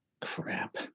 Crap